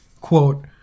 Quote